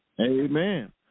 Amen